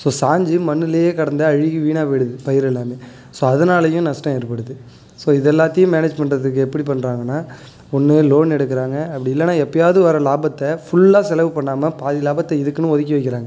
so சாஞ்சி மண்ணிலே கடந்து அழுகி வீணாக போய்டுது பயிர் எல்லாமே ஸோ அதனாலயும் நஷ்டம் ஏற்படுது ஸோ இது எல்லாத்தையும் மேனேஜ் பண்றதுக்கு எப்படி பண்றாங்கன்னா ஒன்னு லோன் எடுக்குறாங்க அப்டி இல்லனா எப்பயாவது வர லாபத்த ஃபுல்லா செலவு பண்ணாம பாதி லாபத்த இதுக்குன்னு ஒதுக்கி வக்கிறாங்க